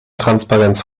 transparenz